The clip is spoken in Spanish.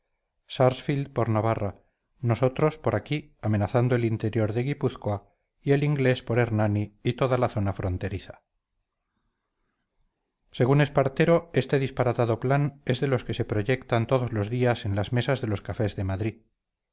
sarsfield por navarra nosotros por aquí amenazando el interior de guipúzcoa y el inglés por hernani y toda la zona fronteriza según espartero este disparatado plan es de los que se proyectan todos los días en las mesas de los cafés de madrid